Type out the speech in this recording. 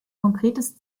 konkretes